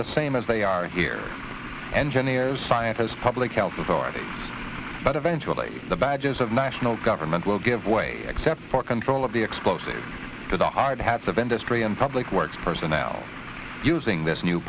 the same as they are here engineers scientists public health authorities but eventually the badges of national government will give way except for control of the explosive because the hard hats of industry and public works personnel using this new